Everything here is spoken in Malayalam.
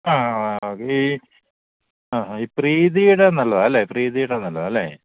ആ ഈ ആ പ്രീതിയുടെ നല്ലതാണ് അല്ലേ പ്രീതിയുടെ നല്ലതാണ് അല്ലേ